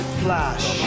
flash